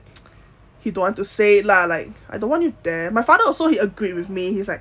he don't want to say lah like I don't want you there my father also he agreed with me he's like